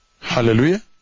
Hallelujah